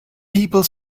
people